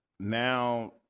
Now